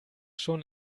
schon